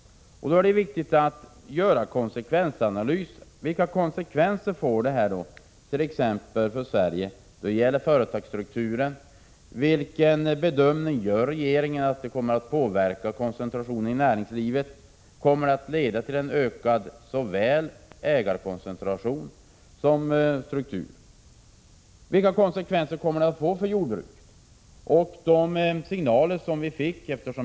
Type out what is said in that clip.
Då är det viktigt att man gör konsekvensanalyser. Vilka konsekvenser får detta för Sverige t.ex. då det gäller företagsstrukturen? Hur bedömer regeringen att detta kommer att påverka koncentrationen i näringslivet? Kommer detta att leda till ökad ägarkoncentration och strukturförändringar? Vilka konsekvenser får detta för jordbruket och regionalpolitiken?